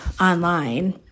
online